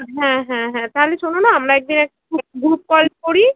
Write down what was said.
হ্যাঁ হ্যাঁ হ্যাঁ তাহলে শোনো না আমরা এক দিন একটা গ্রুপ কল করি